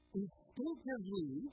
instinctively